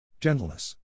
Gentleness